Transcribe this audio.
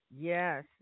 Yes